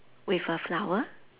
with a flower